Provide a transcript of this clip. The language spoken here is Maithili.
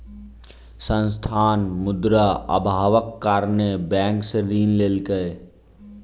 संस्थान, मुद्रा अभावक कारणेँ बैंक सॅ ऋण लेलकै